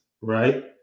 right